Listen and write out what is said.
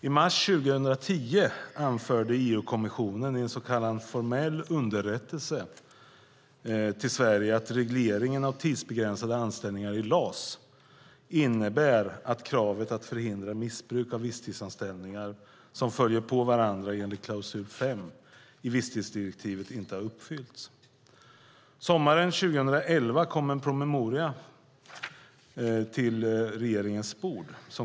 I mars 2010 anförde EU-kommissionen i en så kallad formell underrättelse till Sverige att regleringen av tidsbegränsade anställningar i LAS innebär att kravet att förhindra missbruk av visstidsanställningar som följer på varandra enligt klausul 5 i visstidsdirektivet inte har uppfyllts. Sommaren 2011 lades en promemoria på regeringens bord.